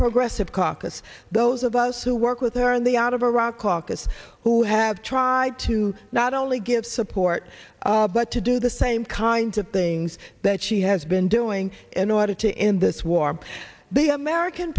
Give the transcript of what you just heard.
progressive caucus those of us who work with her in the out of iraq caucus who have tried to not only give support but to do the same kinds of things that she has been doing in order to end this war the american